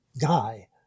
guy